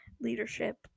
leadership